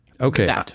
Okay